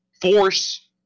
force